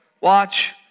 watch